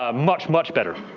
um much, much better.